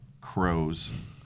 crows